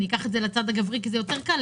אקח את זה לצד הגברי כי זה יותר קל,